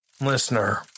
Listener